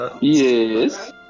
Yes